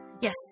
Yes